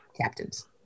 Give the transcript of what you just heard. captains